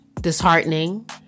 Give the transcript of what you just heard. disheartening